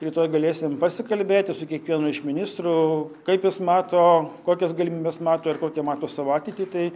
rytoj galėsim pasikalbėti su kiekvienu iš ministrų kaip jis mato kokias galimybes mato ir kokią mato savo ateitį tai